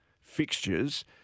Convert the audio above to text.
fixtures